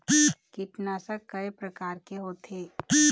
कीटनाशक कय प्रकार के होथे?